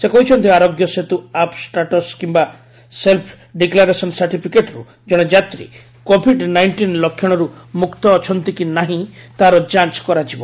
ସେ କହିଛନ୍ତି Aarogya Setu app status କିମ୍ବା ସେଲ୍ ଡିକ୍ଲାରେସନ୍ ସାର୍ଟିଫିକେଟ୍ରୁ ଜଣେ ଯାତ୍ରୀ କୋଭିଡ୍ ନାଇଷ୍ଟିନ୍ ଲକ୍ଷଣରୁ ମୁକ୍ତ ଅଛନ୍ତି କି ନାହିଁ ତାର ଯାଞ୍ କରାଯିବ